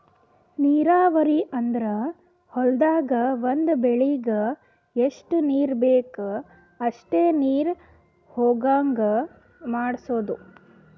ನೀರಾವರಿ ಅಂದ್ರ ಹೊಲ್ದಾಗ್ ಒಂದ್ ಬೆಳಿಗ್ ಎಷ್ಟ್ ನೀರ್ ಬೇಕ್ ಅಷ್ಟೇ ನೀರ ಹೊಗಾಂಗ್ ಮಾಡ್ಸೋದು